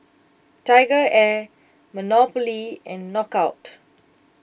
TigerAir Monopoly and Knockout